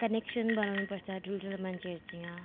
connection बनाउनुपर्छ ठुल्ठुलो मान्छेहरूसँग